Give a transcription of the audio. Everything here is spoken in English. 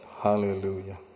hallelujah